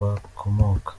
bakomoka